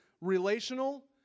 relational